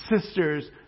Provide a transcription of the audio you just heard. sisters